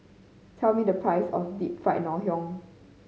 tell me the price of Deep Fried Ngoh Hiang